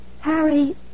Harry